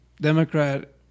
Democrat